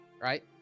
Right